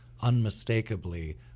unmistakably